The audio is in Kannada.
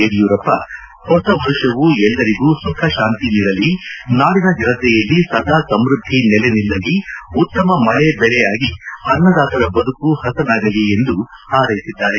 ಯಡಿಯೂರಪ್ಪ ಹೊಸ ವರುಷವು ಎಲ್ಲರಿಗೂ ಸುಖ ಶಾಂತಿ ನೀಡಲಿ ನಾಡಿನ ಜನತೆಯಲ್ಲಿ ಸದಾ ಸಮೃದ್ದಿ ನೆಲೆ ನಿಲ್ಲಲಿ ಉತ್ತಮ ಮಳೆ ಬೆಳೆ ಆಗಿ ಅನ್ನದಾತರ ಬದುಕು ಹಸನಾಗಲಿ ಎಂದು ಹಾರೈಸಿದ್ದಾರೆ